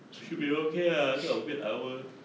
it should be okay ah 这种 late hour